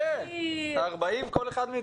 כולם מבינים